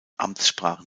amtssprachen